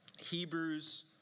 Hebrews